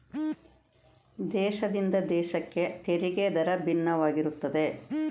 ದೇಶದಿಂದ ದೇಶಕ್ಕೆ ತೆರಿಗೆ ದರ ಭಿನ್ನವಾಗಿರುತ್ತದೆ